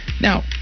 Now